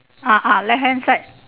ah ah left hand side